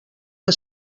que